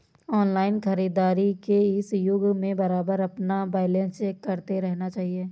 online खरीदारी के इस युग में बारबार अपना बैलेंस चेक करते रहना चाहिए